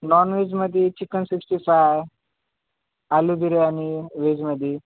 नॉनव्हेजमध्ये chicken sixty five आलू बिर्यानी व्हेजमध्ये